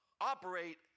operate